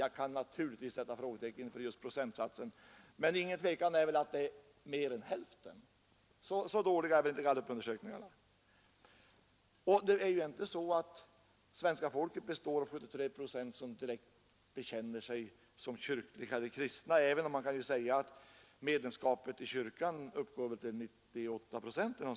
Jag kan naturligtvis sätta frågetecken just för procentsatsen, men det är väl inget tvivel om att mer än hälften anser detta — så dåliga är ändå inte gallupundersökningarna. Det är ju inte heller så att svenska folket till 73 procent är direkt kyrkligt bekännande kristna, även om man kan peka på att svenska kyrkans medlemsandel uppgår till ca 98 procent.